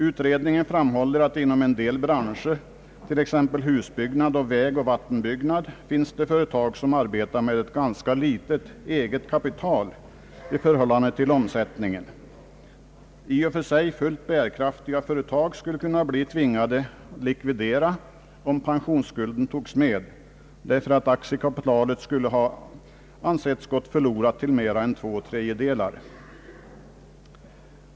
Utredningen framhåller att det inom en del branscher, t.ex. husbyggnad och vägoch vattenbyggnad finns företag som arbetar med ett ganska litet eget kapital i förhållande till omsättningen. I och för sig fullt bärkraftiga företag skulle kunna bli tvingade likvidera, om pensionsskulden togs med, enär aktiekapitalet skulle ansetts ha gått förlorat till mer än två tredjedelar.